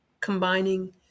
combining